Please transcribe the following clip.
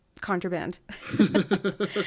contraband